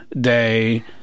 Day